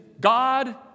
God